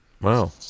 Wow